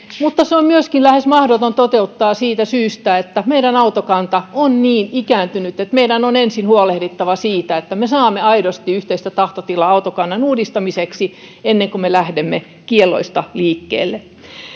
mutta se on myöskin lähes mahdoton toteuttaa siitä syystä että meidän autokantamme on niin ikääntynyt että meidän on ensin huolehdittava siitä että me saamme aidosti yhteistä tahtotilaa autokannan uudistamiseksi ennen kuin me lähdemme kielloista liikkeelle